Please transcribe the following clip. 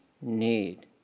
need